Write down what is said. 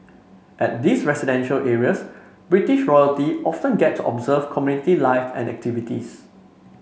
at these residential areas British royalty often get to observe community life and activities